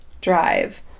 drive